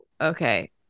Okay